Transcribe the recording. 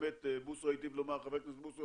באמת חבר הכנסת בוסו